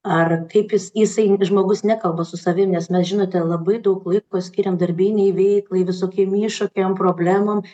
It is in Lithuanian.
ar kaip jis jisai žmogus nekalba su savim nes mes žinote labai daug laiko skiriam darbinei veiklai visokiem iššūkiam problemom